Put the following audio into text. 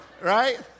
right